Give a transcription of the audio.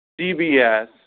CBS